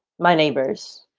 my neighbors.